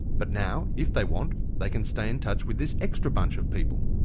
but now if they want they can stay in touch with this extra bunch of people.